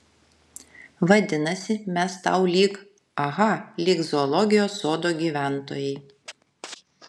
vadinasi mes tau lyg aha lyg zoologijos sodo gyventojai